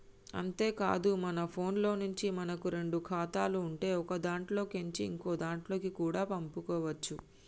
అంతేకాదు మన ఫోన్లో నుంచే మనకు రెండు ఖాతాలు ఉంటే ఒకదాంట్లో కేంచి ఇంకోదాంట్లకి కూడా పంపుకోవచ్చు